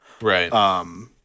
right